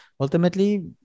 ultimately